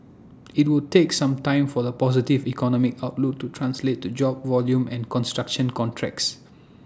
IT would take some time for the positive economic outlook to translate to job volume and construction contracts